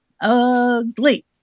ugly